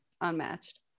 unmatched